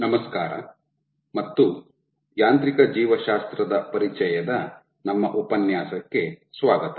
ನಮಸ್ಕಾರ ಮತ್ತು ಯಾಂತ್ರಿಕ ಜೀವಶಾಸ್ತ್ರದ ಪರಿಚಯದ ನಮ್ಮ ಉಪನ್ಯಾಸಕ್ಕೆ ಸ್ವಾಗತ